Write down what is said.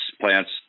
plants